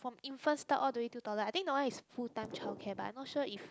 infant start all the way to toddler I think that one is full time childcare but I not sure if